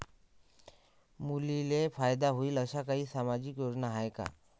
मुलींले फायदा होईन अशा काही सामाजिक योजना हाय का?